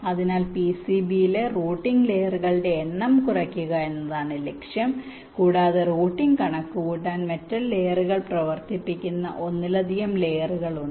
അതിനാൽ പിസിബിയിലെ റൂട്ടിംഗ് ലെയറുകളുടെ എണ്ണം കുറയ്ക്കുക എന്നതാണ് ലക്ഷ്യം കൂടാതെ റൂട്ടിംഗ് കണക്കുകൂട്ടാൻ മെറ്റൽ ലയറുകൾ പ്രവർത്തിപ്പിക്കുന്ന ഒന്നിലധികം ലയറുകൾ ഉണ്ട്